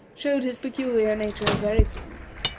showed his peculiar nature very plainly.